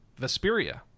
Vesperia